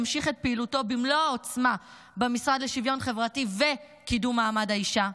ימשיך את פעילותו במלוא העוצמה במשרד לשוויון חברתי וקידום מעמד האישה,